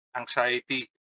anxiety